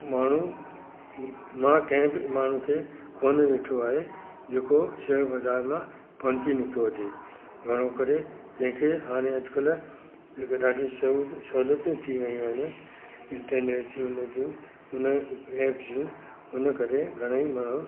माण्हूअ मां कंहिं बि माण्हूअ खे उहो न ॾिठो आहे जेको शेयर बाज़ारि मां पनपी निकितो हुजे घणो करे कंहिं खे हाणे अॼुकल्ह जेके ॾाढी सवटियूं सहुलियतूं थी वेयूं आहिनि इंटरनेट हुन जूं हुन एप जूं हुन करे घणेई माण्हू